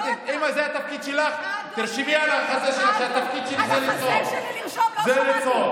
אבל אי-אפשר לקרוא קריאות ביניים בעמידה.